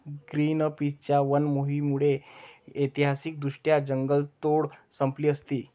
ग्रीनपीसच्या वन मोहिमेमुळे ऐतिहासिकदृष्ट्या जंगलतोड संपली असती